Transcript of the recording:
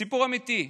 סיפור אמיתי.